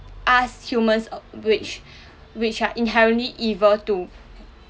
us humans uh which which are inherently evil to